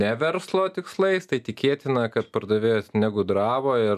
ne verslo tikslais tai tikėtina kad pardavėjas negudravo ir